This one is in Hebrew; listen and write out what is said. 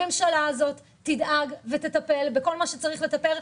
הממשלה הזאת תדאג ותטפל בכל מה שצריך לטפל,